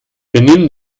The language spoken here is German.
benimm